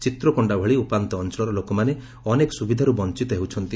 ଚିତ୍ରକୋଶ୍ଡୋ ଭଳି ଉପାନ୍ତ ଅଞ୍ଞଳର ଲୋକମାନେ ଅନେକ ସୁବିଧାରୁ ବଂଚିତ ହେଉଛନ୍ତି